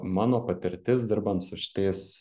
mano patirtis dirbant su šitais